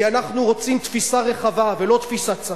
כי אנחנו רוצים תפיסה רחבה ולא תפיסה צרה: